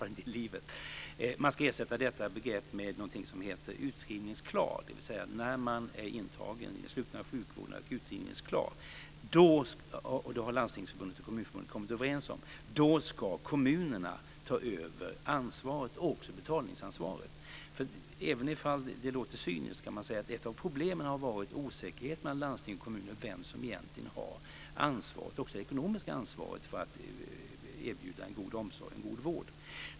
Begreppet ska ersättas med något som heter utskrivningsklar, dvs. Landstingsförbundet och Kommunförbundet har kommit överens om att i samband med att den som är intagen i den slutna sjukvården är utskrivningsklar ska kommunerna ta över ansvaret - även betalningsansvaret. Även om det låter cyniskt så har ett av problemen varit osäkerheten mellan landsting och kommuner om vem som egentligen har det ekonomiska ansvaret för att erbjuda en god omsorg och vård.